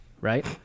Right